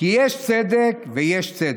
"כי יש צדק ויש צדק.